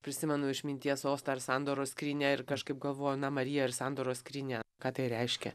prisimenu išminties sostą ar sandoros skrynią ir kažkaip galvoju na marija ir sandoros skrynia ką tai reiškia